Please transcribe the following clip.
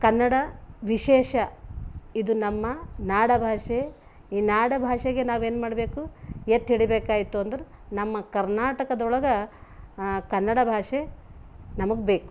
ಕನ್ನಡ ವಿಶೇಷ ಇದು ನಮ್ಮ ನಾಡಭಾಷೆ ಈ ನಾಡಭಾಷೆಗೆ ನಾವೇನ್ಮಾಡ್ಬೇಕು ಎತ್ತಿ ಹಿಡಿಬೇಕಾಯಿತು ಅಂದ್ರೆ ನಮ್ಮ ಕರ್ನಾಟಕದೊಳಗೆ ಕನ್ನಡ ಭಾಷೆ ನಮಗೆ ಬೇಕು